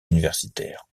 universitaires